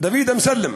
דוד אמסלם,